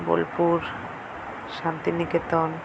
Bolpur Santiniketan